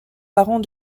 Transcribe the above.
parents